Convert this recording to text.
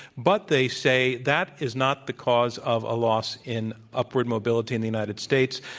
but they say that is not the cause of a loss in upward mobility in the united states.